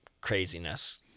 craziness